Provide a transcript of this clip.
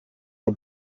are